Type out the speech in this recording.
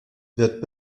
wird